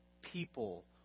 people